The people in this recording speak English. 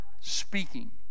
speaking